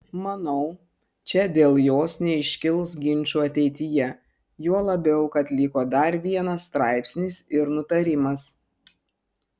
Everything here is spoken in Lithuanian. manau čia dėl jos neiškils ginčų ateityje juo labiau kad liko dar vienas straipsnis ir nutarimas